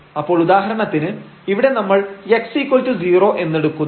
അപ്പോൾ ഉദാഹരണത്തിന് ഇവിടെ നമ്മൾ x0 എന്നെടുക്കുന്നു